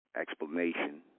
explanation